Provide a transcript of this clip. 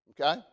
Okay